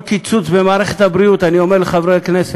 כל קיצוץ במערכת הבריאות, אני אומר לחברי הכנסת,